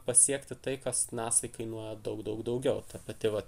pasiekti tai kas nasai kainuoja daug daug daugiau ta pati va